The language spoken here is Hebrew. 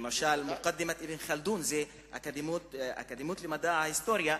למשל "מוקדמת אבן ח'לדון" זה הקדמות למדע ההיסטוריה,